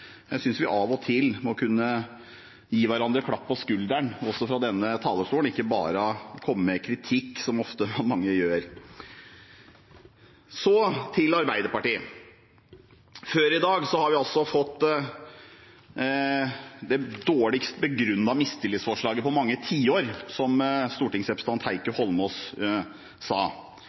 Jeg synes vi av og til må kunne gi hverandre klapp på skulderen, også fra denne talerstolen, og ikke bare komme med kritikk, som mange ofte gjør. Så til Arbeiderpartiet: Før i dag fikk vi det dårligst begrunnede mistillitsforslaget på mange tiår, som stortingsrepresentant Heikki Eidsvoll Holmås sa,